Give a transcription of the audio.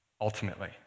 ultimately